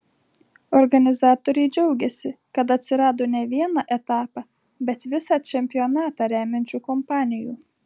organizatoriai džiaugiasi kad atsirado ne vieną etapą bet visą čempionatą remiančių kompanijų